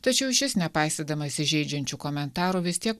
tačiau šis nepaisydamas įžeidžiančių komentarų vis tiek